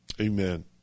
amen